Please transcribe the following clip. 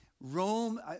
Rome